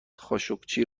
خاشقچی